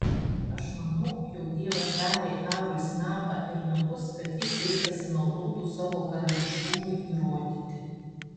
aš manau jog dievas davė arui snapą ir nagus kad jis jais pasinaudotų savo karališkumui įrodyti